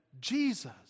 Jesus